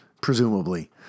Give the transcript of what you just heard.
presumably